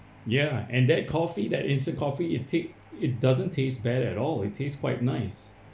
ya and that coffee that instant coffee it take it doesn't taste bad at all it taste quite nice